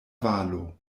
valo